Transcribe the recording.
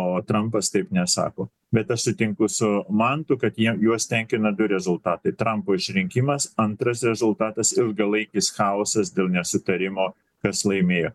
o trampas taip nesako bet aš sutinku su mantu kad jie juos tenkina du rezultatai trampo išrinkimas antras rezultatas ilgalaikis chaosas dėl nesutarimo kas laimėjo